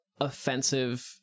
offensive